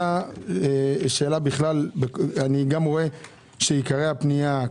אני רואה שעיקרי הפנייה,